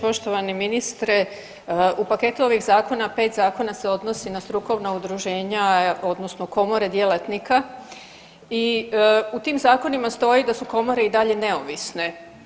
Poštovani ministre u paketu ovih zakona 5 zakona se odnosi na strukovna udruženja odnosno komore djelatnika i u tim zakonima stoji da su komore i dalje neovisne.